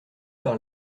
par